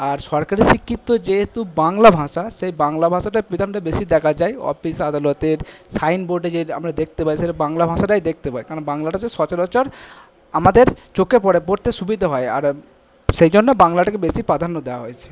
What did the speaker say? আর সরকারি স্বীকৃত যেহেতু বাংলা ভাষা সেই বাংলা ভাষাটা বেশি দেখা যায় অফিস আদালতের সাইন বোর্ডে যে আমরা দেখতে পাই সেটা বাংলা ভাষাটাই দেখতে পাই কারণ বাংলাটা হচ্ছে সচারাচর আমাদের চোখে পড়ে পড়তে সুবিধা হয় আর সেই জন্য বাংলাটাকে বেশি প্রাধান্য দেওয়া হয়েছে